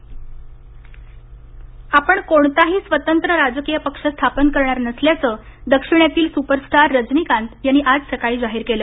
रजनीकात आपण कोणताही स्वतंत्र राजकीय पक्ष स्थापन करणार नसल्याचं दक्षिणेतील सुपरस्टार रजनीकांत यांनी आज सकाळी जाहीर केलं